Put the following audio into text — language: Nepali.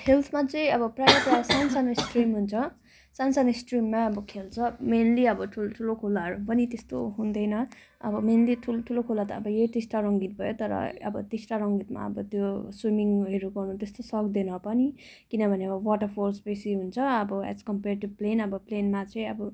हिल्समा चाहिँ अब प्रायः प्रायः सानो सानो स्ट्रिम हुन्छ सानो सानो स्ट्रिममा अब खेल्छ मेन्ली अब ठुल्ठुलो खोलाहरू पनि त्यस्तो हुँदैन अब मेन्ली ठुलो ठुलो खोला त अब यही टिस्टा रङ्गित भयो तर अब टिस्टा रङ्गितमा अब त्यो स्विमिङहरू त्यस्तो गर्नु सक्दैन पनि किनभने वाटर फोर्स बेसी हुन्छ अब एज कम्पेर टू प्लेन अब प्लेनमा चाहिँ अब